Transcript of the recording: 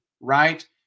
right